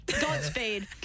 Godspeed